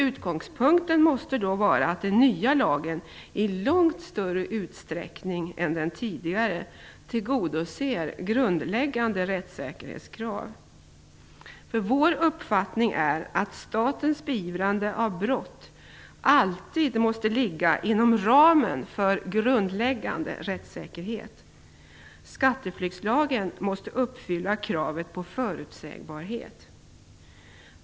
Utgångspunkten måste dock vara att den nya lagen i långt större utsträckning än den tidigare tillgodoser grundläggande rättssäkerhetskrav. Vår uppfattning är att statens beivrande av brott alltid måste ligga inom ramen för grundläggande rättssäkerhet. Skatteflyktslagen måste uppfylla kravet på förutsägbarhet.